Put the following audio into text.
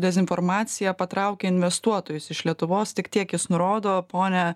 dezinformacija patraukė investuotojus iš lietuvos tik tiek jis nurodo ponia